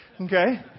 Okay